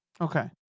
Okay